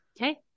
Okay